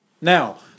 Now